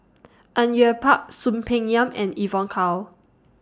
Au Yue Pak Soon Peng Yam and Evon Kow